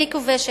והיא כובשת,